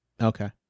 Okay